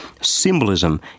symbolism